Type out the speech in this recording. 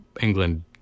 England